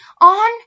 on